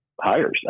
hires